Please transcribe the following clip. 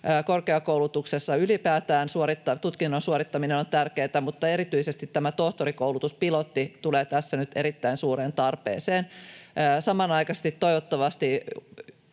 korkeakoulutuksessa tutkinnon suorittaminen on tärkeätä, mutta erityisesti tämä tohtorikoulutuspilotti tulee tässä nyt erittäin suureen tarpeeseen. Samanaikaisesti toivottavasti